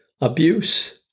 abuse